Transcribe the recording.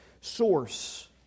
source